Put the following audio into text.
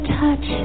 touch